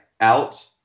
out